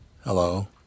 hello